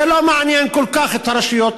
זה לא מעניין כל כך את הרשויות.